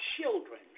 children